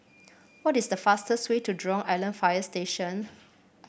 what is the fastest way to Jurong Island Fire Station